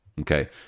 okay